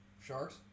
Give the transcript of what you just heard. Sharks